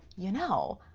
you know,